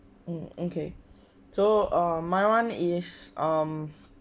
mm okay so uh my one is um